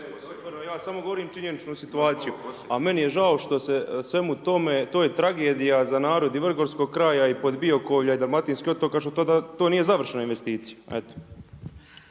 Ja samo govorim činjeničnu situaciju, a meni je žao što se svemu tome, to je tragedija za narod i vrgorskog kraja i Podbijokovlja i dalmatinskih otoka što to nije završna investicija,